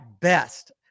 best